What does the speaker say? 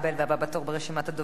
הבא בתור ברשימת הדוברים,